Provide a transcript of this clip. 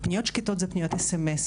פניות שקטות זה פניות sms,